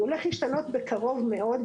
הוא הולך להשתנות בקרוב מאוד,